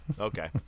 Okay